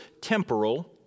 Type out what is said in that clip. temporal